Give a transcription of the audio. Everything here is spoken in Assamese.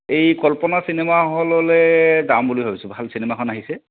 এই কল্পনা চিনেমা হললৈ যাম বুলি ভাবিছোঁ ভাল চিনেমা এখন আহিছে